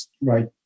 right